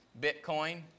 Bitcoin